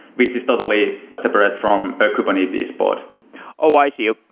which is totally separate from a kubernetes pod oh, i see. ah